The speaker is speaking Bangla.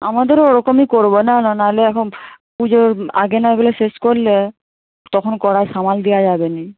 আমাদেরও ওরকমই করবো না না নাহলে এরকম পুজোর আগে না এগুলো শেষ করলে তখন করার সময় দেওয়া যাবে না